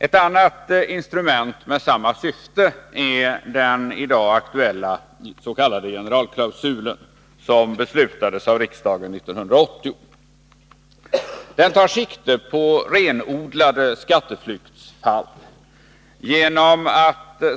Ett annat instrument med samma syfte är den i dag aktuella s.k. generalklausulen, som beslutades av riksdagen 1980. Den tar sikte på renodlade skatteflyktsfall.